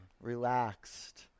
relaxed